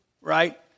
right